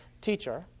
Teacher